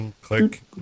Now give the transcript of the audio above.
click